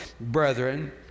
brethren